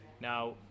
now